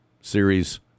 series